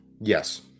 yes